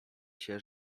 się